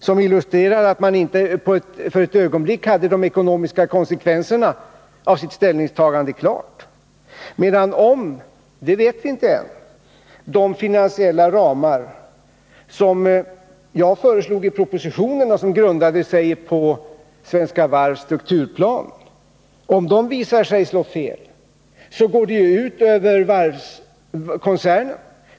Det illustrerar att man inte för ett ögonblick hade de ekonomiska konsekvenserna av sitt ställningstagande klara för sig. Men om — det vet vi inte än — de finansiella ramar som jag föreslog i propositionen och som grundade sig på Svenska Varvs strukturplan visar sig slå fel så går det ut över varvskoncernen.